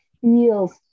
feels